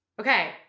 Okay